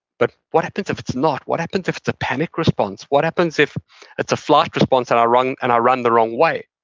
but what happens if it's not? what happens if it's a panic response? what happens if it's a flight response and and i run the wrong way?